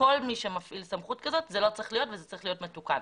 יתר אז זה פסול וזה צריך להיות מתוקן.